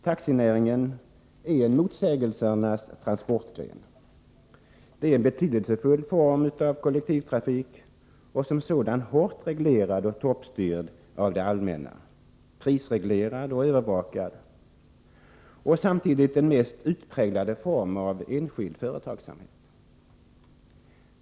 Taxinäringen är en motsägelsernas transportgren. Det är en betydelsefull form av kollektivtrafik och som sådan hårt reglerad och toppstyrd av det allmänna, prisreglerad och övervakad. Samtidigt är det fråga om enskild företagsamhet i dess mest utpräglade form.